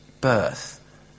birth